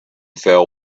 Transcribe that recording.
fell